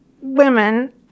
women